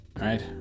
right